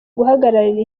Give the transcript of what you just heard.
guhagararira